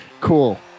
Cool